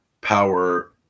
power